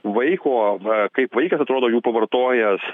vaiko va kaip vaikas atrodo jų pavartojęs